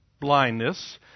blindness